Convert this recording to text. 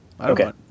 okay